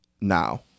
now